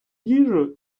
їду